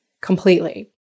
completely